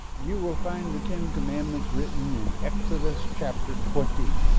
you will find the ten commandments written in exodus chapter twenty.